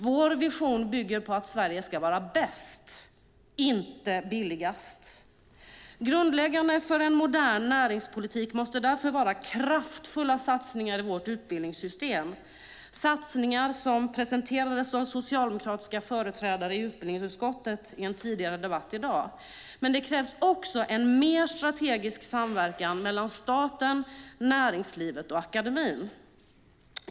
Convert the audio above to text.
Vår vision bygger på att Sverige ska vara bäst, inte billigast. Grundläggande för en modern näringslivspolitik måste därför vara kraftfulla satsningar i vårt utbildningssystem - satsningar som presenterades av socialdemokratiska företrädare i utbildningsutskottet i en tidigare debatt i dag. Men det krävs också en mer strategisk samverkan mellan staten, näringslivet och akademin.